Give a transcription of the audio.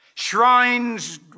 Shrines